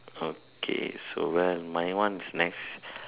okay so well my one is next